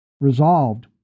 Resolved